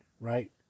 right